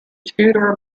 tudor